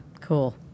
Cool